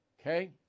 Okay